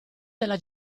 della